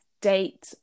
date